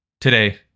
today